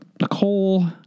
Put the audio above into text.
Nicole